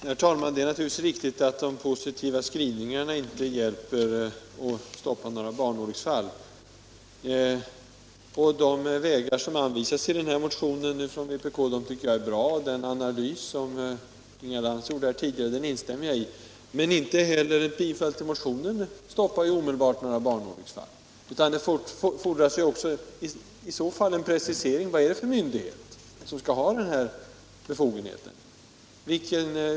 Herr talman! Det är naturligtvis riktigt att de positiva skrivningarna inte stoppar några barnolycksfall. De vägar som anvisas i vpk-motionen tycker jag är bra, och den analys som Inga Lantz gjorde tidigare instämmer jag i. Men inte heller ett bifall till motionen stoppar ju omedelbart barnolyckorna. För det fordras en precisering. Vad är det för en myndighet som skall ha denna befogenhet?